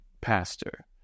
pastor